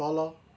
तल